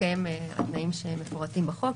בהתקיים התנאים המפורטים בחוק,